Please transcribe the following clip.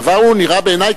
הדבר נראה בעיני,